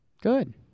Good